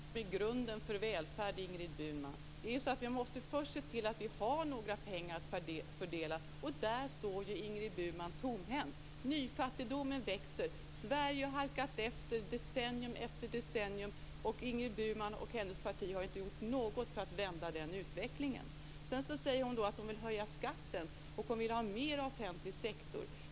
Fru talman! Man måste förstå vad som är grunden för välfärd, Ingrid Burman. Vi måste först se till att det finns några pengar att fördela. Ingrid Burman står ju tomhänt. Nyfattigdomen växer. Sverige har halkat efter decennium efter decennium, och Ingrid Burman och hennes parti har inte gjort något för att vända den utvecklingen. Sedan säger hon att hon vill höja skatten och att hon vill ha mer av offentlig sektor.